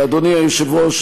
ואדוני היושב-ראש,